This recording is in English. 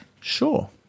sure